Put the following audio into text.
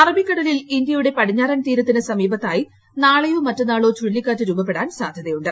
അറബിക്കടലിൽ ഇന്ത്യയുടെ പടിഞ്ഞാറൻ തീരത്തിന് സമീപത്തായി നാളെയോ മറ്റന്നാളോ ചുഴലിക്കാറ്റ് രൂപപ്പെടാൻ സാധ്യതയുണ്ട്